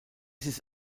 his